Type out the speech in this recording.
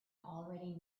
already